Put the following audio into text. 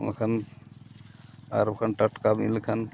ᱚᱱᱟ ᱠᱷᱟᱱ ᱟᱨ ᱵᱟᱠᱷᱟᱱ ᱴᱟᱴᱠᱟᱢ ᱤᱭᱟᱹ ᱞᱮᱠᱷᱟᱱ